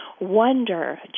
wonder